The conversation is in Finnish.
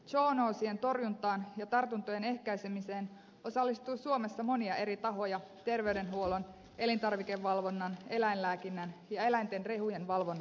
zoonoosien torjuntaan ja tartuntojen ehkäisemiseen osallistuu suomessa monia eri tahoja terveydenhuollon elintarvikevalvonnan eläinlääkinnän ja eläinten rehujen valvonnan alueella